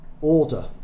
order